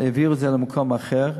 העבירו את זה למקום אחר.